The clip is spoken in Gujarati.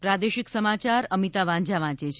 પ્રાદેશિક સમાચાર અમિતા વાંઝા વાંચે છે